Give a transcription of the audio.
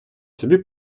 собі